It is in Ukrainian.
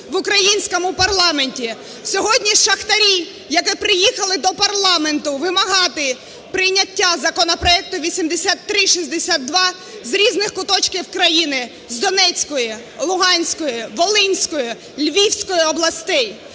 в українському парламенті. Сьогодні шахтарі, які приїхали до парламенту вимагати прийняття законопроекту 8362 з різних куточків країни: з Донецької, Луганської, Волинської, Львівської областей.